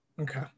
Okay